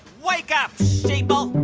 wake up, sheeple